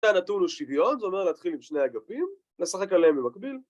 כאן נתון לנו שוויון, זה אומר להתחיל עם שני אגפים, לשחק עליהם במקביל.